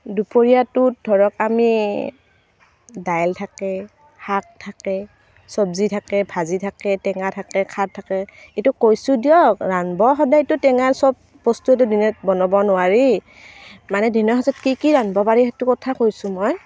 দুপৰীয়াটোত ধৰক আমি দাইল থাকে শাক থাকে চবজি থাকে ভাজি থাকে টেঙা থাকে খাৰ থাকে এইটো কৈছোঁ দিয়ক ৰান্ধিব সদায়তো টেঙাই চব বস্তুটোতো দিনত বনাব নোৱাৰি মানে দিনৰ সাঁজত কি কি ৰান্ধিব পাৰি সেইটো কথা কৈছোঁ মই